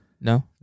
No